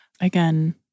Again